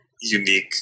unique